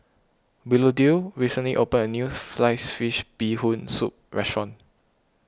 Willodean recently opened a new Sliced Fish Bee Hoon Soup restaurant